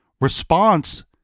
response